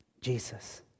Jesus